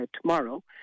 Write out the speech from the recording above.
tomorrow